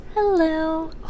hello